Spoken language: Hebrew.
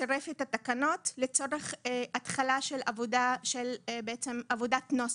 הוא צירף את התקנות לצורך התחלת עבודת נוסח.